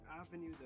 avenue